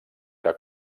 que